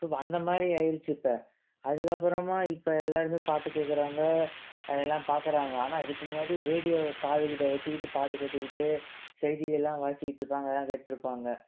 so அந்தமாதிரி ஆகிருச்சி இப்போ அதுக்கப்புறமா இப்போ எல்லோருமே பாட்டு கேட்குறாங்க எல்லாம் பார்க்குறாங்க ஆனால் இதுக்கு முன்னாடி ரேடியோவை காதுக்கிட்ட வச்சிக்கிட்டு பாட்டு கேட்டுக்கிட்டு செய்திகள்லாம் வாசிச்சிட்டு இருப்பாங்க அதெல்லாம் கேட்டுட்ருப்பாங்க